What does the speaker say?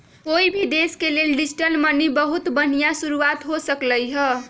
कोई भी देश के लेल डिजिटल मनी बहुत बनिहा शुरुआत हो सकलई ह